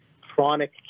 chronic